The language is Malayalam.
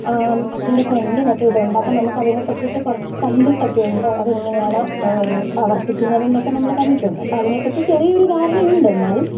അച്ഛന്റെ ഫ്രണ്ടിനൊക്കെ ഇതുണ്ട് അപ്പോൾ നമുക്ക് അതിനെ പറ്റിയിട്ടു കുറച്ചു കണ്ടിട്ടൊക്കെ ഉണ്ട് അതിങ്ങനെയാണ് പ്രവർത്തിക്കുന്നത് എന്നൊക്കെ നമ്മൾ കണ്ടിട്ടുണ്ട് അപ്പോൾ അതിനെപ്പറ്റി ചെറിയൊരു ധാരണ ഉണ്ട് എന്നാലും